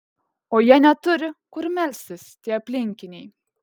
o jie neturi kur melstis tie aplinkiniai